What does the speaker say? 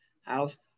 house